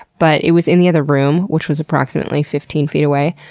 but it was in the other room, which was approximately fifteen feet away.